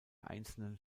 einzelnen